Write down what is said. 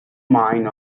mine